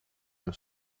your